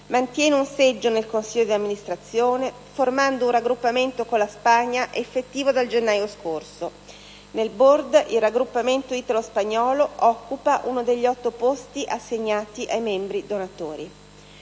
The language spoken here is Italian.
mantiene un seggio nel consiglio di amministrazione (*Board*), formando un raggruppamento con la Spagna, effettivo dal gennaio scorso. Nel *Board* il raggruppamento italo-spagnolo occupa uno degli otto posti assegnati ai membri donatori.